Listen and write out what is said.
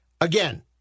again